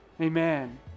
Amen